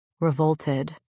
revolted